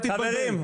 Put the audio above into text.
אל תתבלבל.